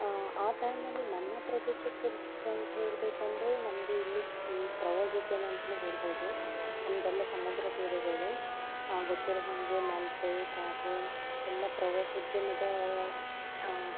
ಆ ಟೈಮಲ್ಲಿ ನಮ್ಮ ಪ್ರದೇಶಕ್ಕೆ ಹೇಳಬೇಕಂದ್ರೆ ನಮ್ಮದು ಇಲ್ಲಿ ಪ್ರವಾಸೋದ್ಯಮ ಅಂತಲೇ ಹೇಳ್ಬೋದು ನಮ್ಮದೆಲ್ಲ ಸಮುದ್ರ ತೀರಗಳು ಗೊತ್ತಿರೋ ಹಾಗೆ ಮಲ್ಪೆ ಕಾಪು ಎಲ್ಲ ಪ್ರವಾಸೋದ್ಯಮದ